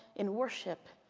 in worship,